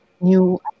new